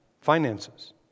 Finances